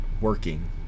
working